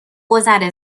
گذر